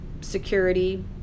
security